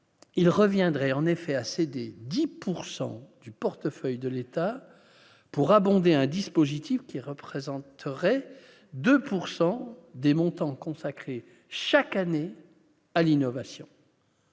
il reviendrait en effet à céder 10 pourcent du portefeuille de l'État pour abonder un dispositif qui représenterait 2 pourcent des montants consacrés chaque année à l'innovation,